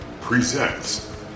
presents